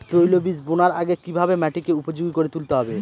তৈলবীজ বোনার আগে কিভাবে মাটিকে উপযোগী করে তুলতে হবে?